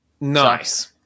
Nice